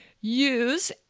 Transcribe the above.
use